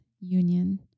union